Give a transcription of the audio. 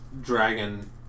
Dragon